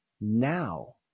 Now